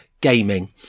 gaming